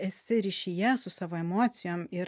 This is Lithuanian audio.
esi ryšyje su savo emocijom ir